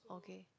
okay